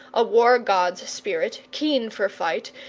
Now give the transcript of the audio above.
a war-god's spirit, keen for fight,